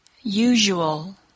Usual